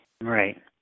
Right